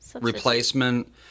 replacement